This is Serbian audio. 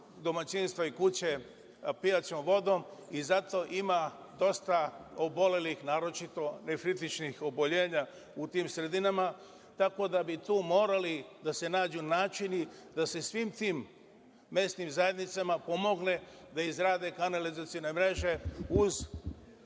domaćinstva i kuće pijaćom vodom. Zato ima dosta obolelih, naročito rahitičnih oboljenja u tim sredinama. Tako da bi tu morali da se nađu načini da se svim tim mesnim zajednicama pomogne da izrade kanalizacione mreže, uz